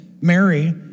Mary